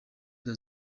leta